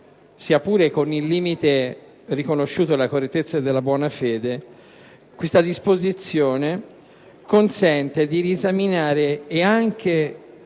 sia pure con il limite riconosciuto della correttezza e della buona fede, questa disposizione consente di riesaminare, ed anche